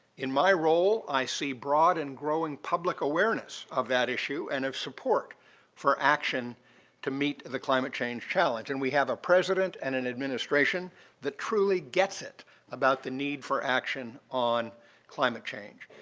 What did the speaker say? in my role, i see broad and growing public awareness of that issue and of support for action to meet the climate change challenge. and we have a president and an administration that truly gets it on the need for action on climate change.